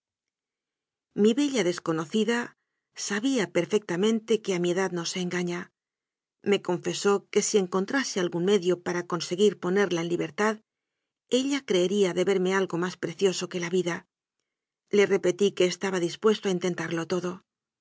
mi bella desconocida sabía perfectamente que a mi edad no se engaña me confesó que si en contrase algún medio para conseguir ponerla en libertad ella creería deberme algo más precioso que la vida le repití que estaba dispuesto a in tentarlo todo